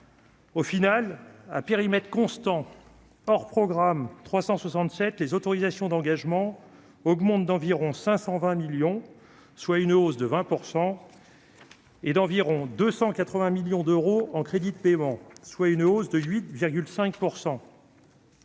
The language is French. Au final, à périmètre constant, hors programme 367 les autorisations d'engagement augmente d'environ 520 millions, soit une hausse de 20 % et d'environ 280 millions d'euros en crédits de paiement, soit une hausse de 8,5 %.